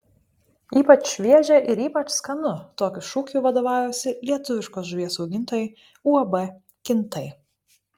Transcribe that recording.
ypač šviežia ir ypač skanu tokiu šūkiu vadovaujasi lietuviškos žuvies augintojai uab kintai